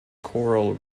coral